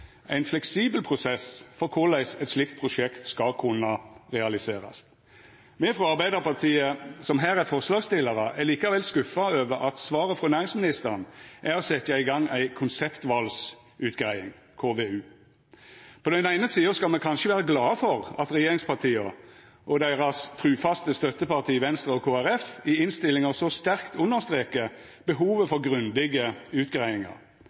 ein fleksibel prosess på korleis eit slikt prosjekt skal kunna realiserast. Me frå Arbeidarpartiet som her er forslagstillarar, er likevel skuffa over at svaret frå næringsministeren er å setja i gang ei konseptvalutgreiing, KVU. På den eine sida skal me kanskje vera glade for at regjeringspartia og deira trufaste støtteparti Venstre og Kristeleg Folkeparti i innstillinga så sterkt understreker behovet for grundige utgreiingar,